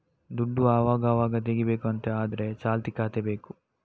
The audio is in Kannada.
ದುಡ್ಡು ಅವಗಾವಾಗ ತೆಗೀಬೇಕು ಅಂತ ಆದ್ರೆ ಚಾಲ್ತಿ ಖಾತೆ ಬೇಕು